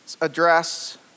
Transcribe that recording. address